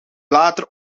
later